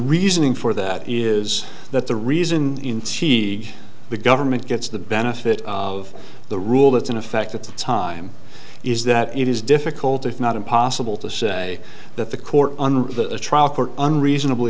reasoning for that is that the reason she the government gets the benefit of the rule that's in effect at the time is that it is difficult if not impossible to say that the court the trial court unreasonably